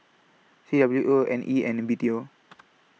C W O Nea and B T O